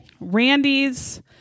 randy's